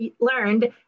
learned